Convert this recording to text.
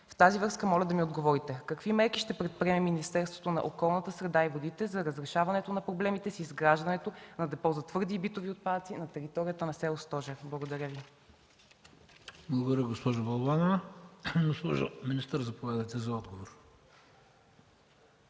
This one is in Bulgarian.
с това моля да ми отговорите: какви мерки ще предприеме Министерството на околната среда и водите за разрешаването на проблемите с изграждането на „Депо за твърди и битови отпадъци” на територията на село Стожер? Благодаря Ви. ПРЕДСЕДАТЕЛ ХРИСТО БИСЕРОВ: Благодаря, госпожо Балабанова. Госпожо министър, заповядайте за отговор.